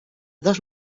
dos